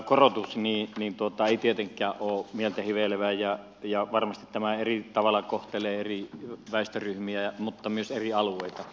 tämä taksimatkojen omavastuukorotus ei tietenkään ole mieltä hivelevä ja varmasti tämä eri tavalla kohtelee eri väestöryhmiä mutta myös eri alueita